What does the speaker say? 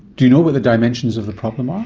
do you know what the dimensions of the problem are?